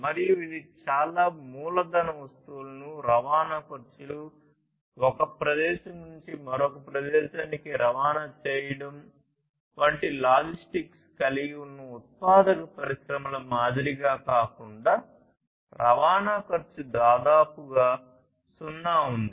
మరియు ఇది చాలా మూలధన వస్తువులను రవాణా ఖర్చులు ఒక ప్రదేశం నుండి మరొక ప్రదేశానికి రవాణా చేయడం మరియు లాజిస్టిక్స్ కలిగి ఉన్న ఉత్పాదక పరిశ్రమల మాదిరిగా కాకుండా రవాణా ఖర్చు దాదాపుగా సున్నా ఉంది